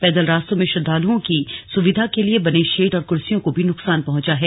पैदल रास्तों में श्रदालुओं की सुविधा के लिए बने शेड और कुर्सियों को भी नुकसान पहुंचा है